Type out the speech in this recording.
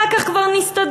אחר כך כבר נסתדר,